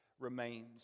remains